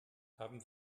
haben